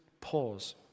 pause